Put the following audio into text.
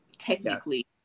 technically